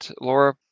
Laura